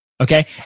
Okay